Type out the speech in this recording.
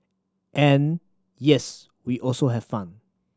and yes we also have fun